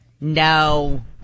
No